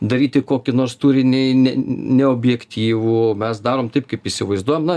daryti kokį nors turinį ne neobjektyvų mes darom taip kaip įsivaizduojam na